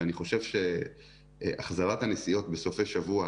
ואני חושב שהחזרת הנסיעות בסופי שבוע,